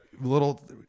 little